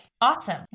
awesome